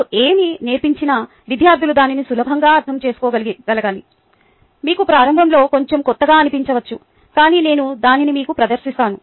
మీరు ఏమి నేర్పించినా విద్యార్థులు దానిని సులభంగా అర్థం చేసుకోగలగాలి మీకు ప్రారంభంలో కొంచెం కొత్తగా అనిపించవచ్చు కాని నేను దానిని మీకు ప్రదర్శిస్తాను